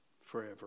forever